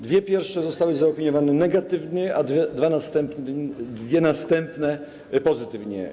Dwie pierwsze zostały zaopiniowane negatywnie, a dwie następne pozytywnie.